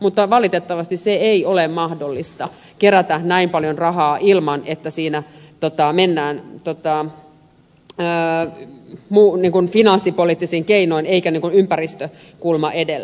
mutta valitettavasti ei ole mahdollista kerätä näin paljon rahaa ilman että siinä mennään finanssipoliittisin keinoin eikä ympäristökulma edellä